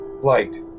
Light